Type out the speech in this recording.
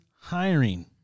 hiring